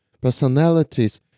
personalities